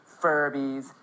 Furbies